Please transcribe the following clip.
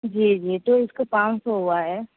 جی جی تو اِس کو پانچ سو ہُوا ہے